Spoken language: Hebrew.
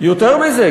יותר מזה,